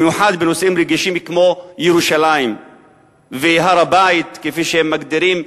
ובמיוחד בנושאים רגישים כמו ירושלים והר-הבית כפי שהם מגדירים,